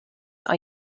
are